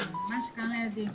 זה לא כלי אכיפה,